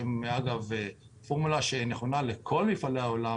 שהיא אגב נכונה לכל מפעלי העולם,